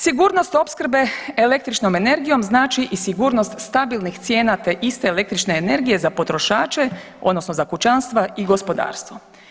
Sigurnost opskrbe električnom energijom znači i sigurnost stabilnih cijena te iste električne energije za potrošače odnosno za kućanstva i gospodarstvo.